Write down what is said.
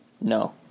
No